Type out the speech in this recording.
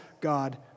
God